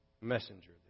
messenger